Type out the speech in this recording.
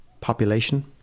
population